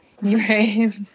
right